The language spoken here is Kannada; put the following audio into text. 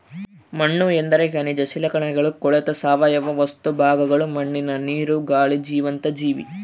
ಮಣ್ಣುಎಂದರೆ ಖನಿಜ ಶಿಲಾಕಣಗಳು ಕೊಳೆತ ಸಾವಯವ ವಸ್ತು ಭಾಗಗಳು ಮಣ್ಣಿನ ನೀರು, ಗಾಳಿ ಜೀವಂತ ಜೀವಿ